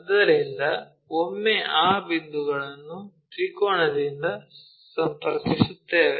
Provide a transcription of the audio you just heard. ಆದ್ದರಿಂದ ಒಮ್ಮೆ ಆ ಬಿಂದುಗಳನ್ನು ತ್ರಿಕೋನದಿಂದ ಸಂಪರ್ಕಿಸುತ್ತೇವೆ